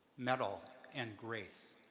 mettle and grace.